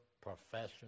profession